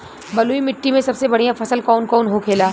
बलुई मिट्टी में सबसे बढ़ियां फसल कौन कौन होखेला?